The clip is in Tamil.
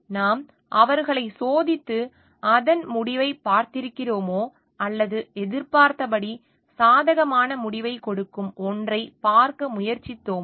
நாம் அவர்களைச் சோதித்து அதன் முடிவைப் பார்த்திருக்கிறோமா அல்லது எதிர்பார்த்தபடி சாதகமான முடிவைக் கொடுக்கும் ஒன்றைப் பார்க்க முயற்சித்தோமா